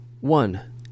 One